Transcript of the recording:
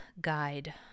guide